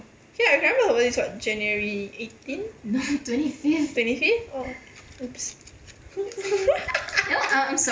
actually I remember her birthday is what january eighteen twenty fifth oh !oops!